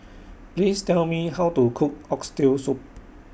Please Tell Me How to Cook Oxtail Soup